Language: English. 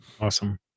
Awesome